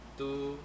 two